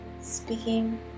speaking